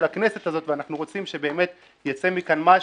הכנסת הזו ואנחנו רוצים שבאמת ייצא כאן משהו,